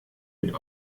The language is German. mit